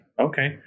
Okay